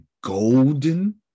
golden